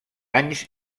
anys